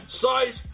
size